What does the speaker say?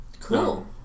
Cool